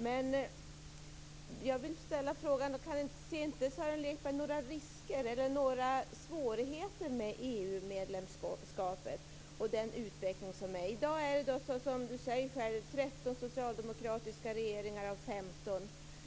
Men jag vill ställa frågan: Ser inte Sören Lekberg några risker eller några svårigheter med EU-medlemskapet och den utveckling som pågår? I dag är det, som Sören Lekberg själv säger, 13 socialdemokratiska regeringar av 15.